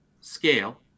scale